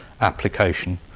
application